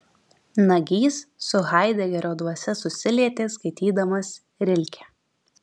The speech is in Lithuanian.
nagys su haidegerio dvasia susilietė skaitydamas rilkę